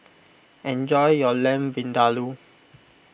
enjoy your Lamb Vindaloo